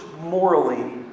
morally